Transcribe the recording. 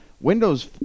Windows